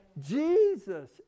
Jesus